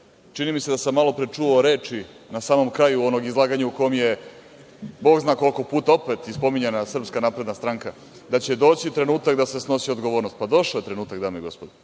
čini mi se da sam malo pre čuo reči, na samom kraju onog izlaganja u kom je bog zna koliko puta opet spominjana Srpska napredna stranka, da će doći trenutak da se snosi odgovornost – pa, došao je trenutak, dame i gospodo.